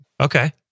Okay